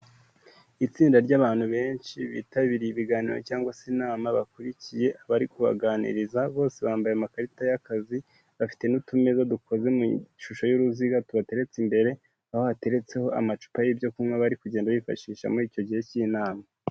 Itsinda ry'abantu benshi bitabiriye ibiganiro cyangwa se inama bakurikiye abari kubaganiriza, bose bambaye amakarita y'akazi, bafite n'utumeza dukoze mu ishusho y'uruziga tubateretse imbere, aho hateretseho amacupa y'ibyo kunywa bari kugenda bifashisha muri icyo gihe cy'inama.